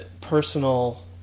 personal